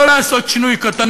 לא לעשות שינוי קטן,